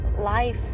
life